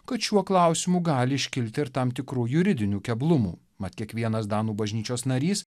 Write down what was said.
kad šiuo klausimu gali iškilti ir tam tikrų juridinių keblumų mat kiekvienas danų bažnyčios narys